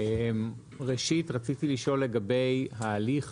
ראשית רציתי לשאול לגבי ההליך